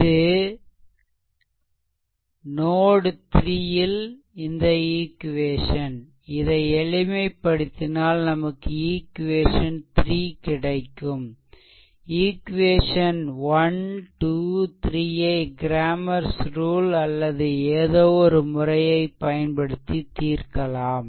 இது நோட்3 ல் இந்த ஈக்வேஷன் இதை எளிமைப்படுத்தினால் நமக்கு ஈக்வேஷன் 3 கிடைக்கும் ஈக்வேஷன் 123 ஐ கிரேமர்ஸ் ரூல் அல்லது ஏதோ ஒரு முறையை பயன்படுத்தி தீர்க்கலாம்